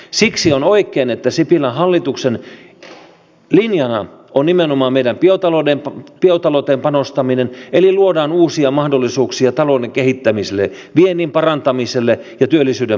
siksi on oikein että sipilän hallituksen linjana on nimenomaan biotalouteen panostaminen eli luodaan uusia mahdollisuuksia talouden kehittämiselle viennin parantamiselle ja työllisyyden parantamiselle